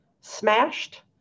smashed